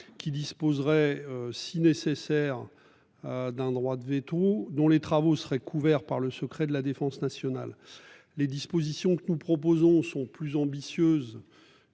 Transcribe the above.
qui disposeraient si nécessaire. D'un droit de véto dont les travaux seraient couverts par le secret de la défense nationale. Les dispositions que nous proposons sont plus ambitieuse.